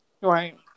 Right